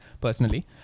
personally